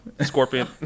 Scorpion